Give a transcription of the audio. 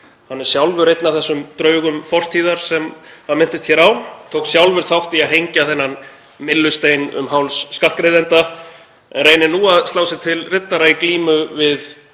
Hann er sjálfur einn af þessum draugum fortíðar sem hann minntist á, tók sjálfur þátt í að hengja þennan myllustein um háls skattgreiðenda en reynir nú að slá sig til riddara í glímu við